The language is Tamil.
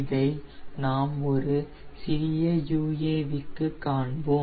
இதை நாம் ஒரு சிறிய UAV க்கு காண்போம்